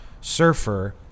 surfer